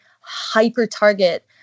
hyper-target